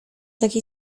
taki